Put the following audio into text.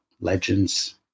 legends